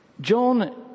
john